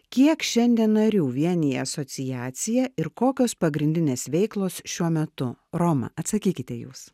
kiek šiandien narių vienija asociacija ir kokios pagrindinės veiklos šiuo metu roma atsakykite jūs